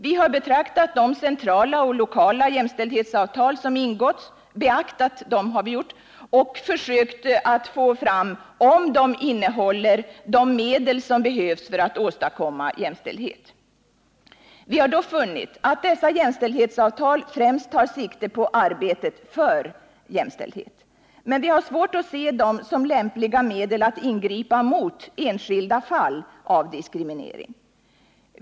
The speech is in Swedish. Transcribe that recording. Vi har beaktat de centrala och lokala jämställdhetsavtal som ingåtts och försökt få fram om dessa innehåller de medel som behövs för att åstadkomma jämställdhet. Vi har då funnit att dessa jämställdhetsavtal främst tar sikte på arbetet för jämställdhet. Men vi har svårt att se dem som lämpliga medel att ingripa mot enskilda fall av diskriminering.